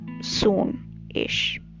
soon-ish